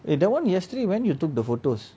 eh that [one] yesterday when you took the photos